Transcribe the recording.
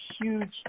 huge